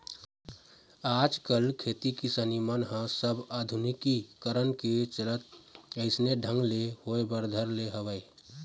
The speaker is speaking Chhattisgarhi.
आजकल खेती किसानी मन ह सब आधुनिकीकरन के चलत अइसने ढंग ले होय बर धर ले हवय